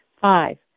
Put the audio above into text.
Five